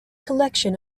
collection